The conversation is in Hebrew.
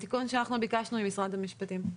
זה תיקון שאנחנו ביקשנו ממשרד המשפטים.